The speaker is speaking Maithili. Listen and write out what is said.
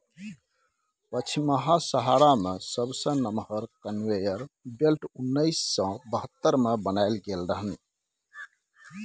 पछिमाहा सहारा मे सबसँ नमहर कन्वेयर बेल्ट उन्नैस सय बहत्तर मे बनाएल गेल रहनि